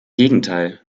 gegenteil